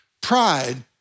Pride